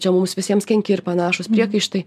čia mums visiems kenki ir panašūs priekaištai